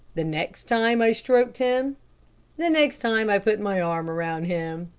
the next time i stroked him the next time i put my arm around him.